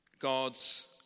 God's